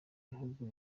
gihugu